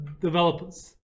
developers